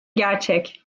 gerçek